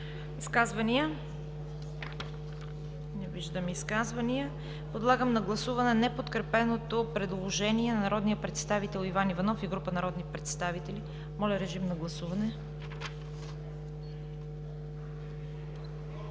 Изказвания? Не виждам. Подлагам на гласуване неподкрепеното предложение на народния представител Иван Иванов и група народни представители. Гласували